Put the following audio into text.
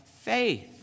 faith